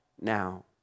now